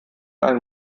ein